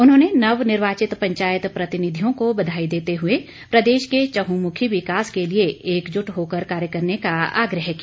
उन्होंने नवनिर्वाचित पंचायत प्रतिनिधियों को बधाई देते हुए प्रदेश के चहुंमुखी विकास के लिए एकजुट होकर कार्य करने का आग्रह किया